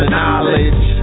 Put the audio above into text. knowledge